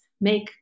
make